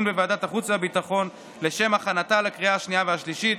בוועדת החוץ והביטחון לשם הכנתה לקריאה השנייה והשלישית.